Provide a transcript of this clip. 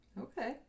Okay